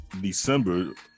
December